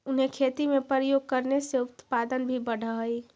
उन्हें खेती में प्रयोग करने से उत्पादन भी बढ़अ हई